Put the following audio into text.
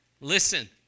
listen